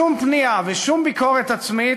שום פנייה ושום ביקורת עצמית,